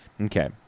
Okay